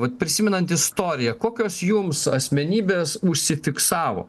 vat prisimenant istoriją kokios jums asmenybės užsifiksavo